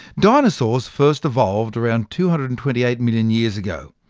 dinosaurs first evolved around two hundred and twenty eight million years ago,